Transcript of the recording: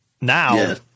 now